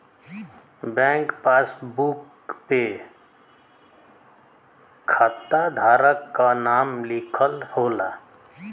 bank passbook पे खाता धारक क नाम लिखल होला